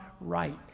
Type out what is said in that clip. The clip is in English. right